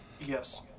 Yes